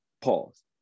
Pause